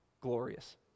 glorious